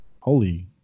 holy